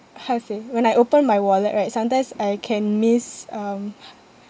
how to say when I open my wallet right sometimes I can miss um